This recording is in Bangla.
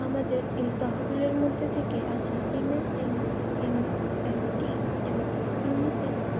আমাদের এই তহবিলের মধ্যে থেকেই আছে এমেসেমই এমটি এবং ইউনেসেস্কো